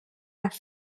have